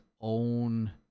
own